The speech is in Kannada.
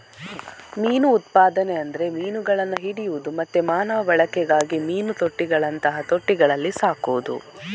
ಮೀನು ಉತ್ಪಾದನೆ ಅಂದ್ರೆ ಮೀನುಗಳನ್ನ ಹಿಡಿಯುದು ಮತ್ತೆ ಮಾನವ ಬಳಕೆಗಾಗಿ ಮೀನು ತೊಟ್ಟಿಗಳಂತಹ ತೊಟ್ಟಿಗಳಲ್ಲಿ ಸಾಕುದು